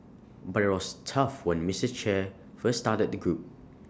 but IT was tough when Mistress Che first started the group